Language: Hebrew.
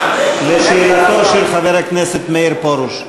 לשאלתו של חבר הכנסת מאיר פרוש,